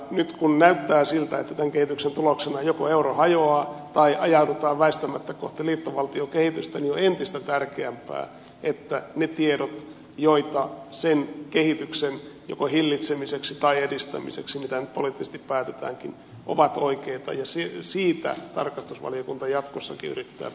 nyt kun näyttää siltä että tämän kehityksen tuloksena joko euro hajoaa tai ajaudutaan väistämättä kohti liittovaltiokehitystä on entistä tärkeämpää että ne tiedot joita sen kehityksen joko hillitsemiseksi tai edistämiseksi mitä nyt poliittisesti päätetäänkin ovat oikeita ja siitä tarkastusvaliokunta jatkossakin yrittää pitää huolta